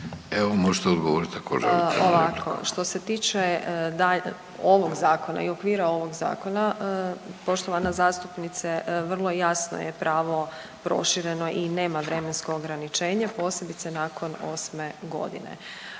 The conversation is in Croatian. Evo, možete odgovoriti.